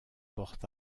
porte